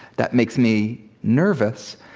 that makes me nervous,